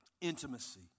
intimacy